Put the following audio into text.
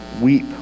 weep